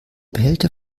behälter